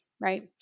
right